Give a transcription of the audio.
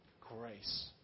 grace